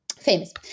Famous